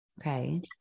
Okay